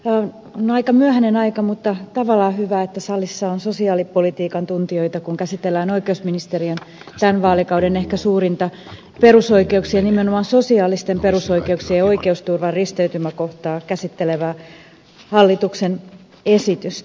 on aika myöhäinen aika mutta on tavallaan hyvä että salissa on sosiaalipolitiikan tuntijoita kun käsitellään oikeusministeriön tämän vaalikauden ehkä suurinta perusoikeuksia ja nimenomaan sosiaalisten perusoikeuksien ja oikeusturvan risteytymäkohtaa käsittelevää hallituksen esitystä